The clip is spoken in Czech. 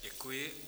Děkuji.